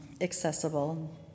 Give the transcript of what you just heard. accessible